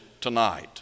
tonight